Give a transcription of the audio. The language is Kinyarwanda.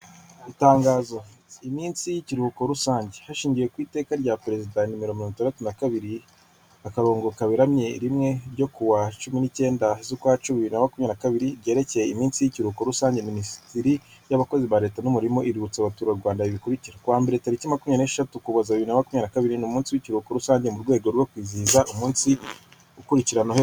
Itangazo: iminsi y'ikiruhuko rusange Hashingiwe ku iteka rya Perezida nimero mirongo itandatu na kabiri, akarongo kaberamye rimwe ryo kuwa cumi n'icyenda z'ukwacumi bibiri na makumya na kabiri ryerekeye iminsi y'ikiruhuko rusange. Minisitiri y'abakozi ba Leta n'umurimo iributsa abaturarwanda ibi bikurikira: kuwa mbere tariki makumyabiri n'esheshatu Ukuboza bibiri na makumyabiri na kabiri ni umunsi w'ikihuko rusange mu rwego rwo kwizihiza umunsi ukurikira noheli.